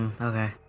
okay